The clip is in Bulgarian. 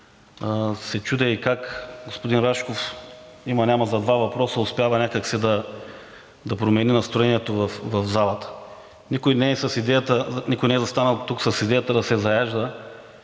се чудя как господин Рашков за има-няма два въпроса успява някак си да промени настроението в залата. Никой не е застанал тук с идеята да се заяжда,